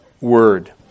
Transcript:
word